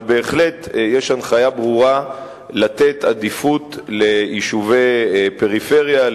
אבל בהחלט יש הנחיה ברורה לתת עדיפות ליישובי פריפריה,